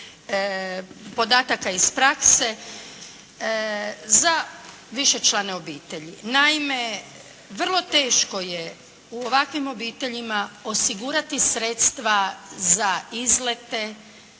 podataka iz prakse, za višečlane obitelji. Naime, vrlo teško je u ovakvim obiteljima osigurati sredstva za izlete